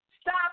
stop